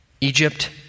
Egypt